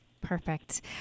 Perfect